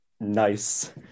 Nice